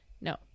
No